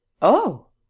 oh,